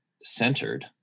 centered